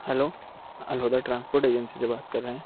hello Alhuda transport agency سے بات کر رہے ہیں